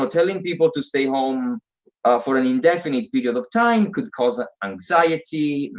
um telling people to stay home ah for an indefinite period of time could cause ah anxiety,